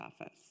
office